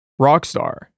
Rockstar